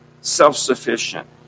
self-sufficient